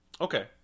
Okay